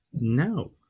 No